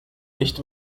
nicht